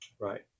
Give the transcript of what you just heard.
Right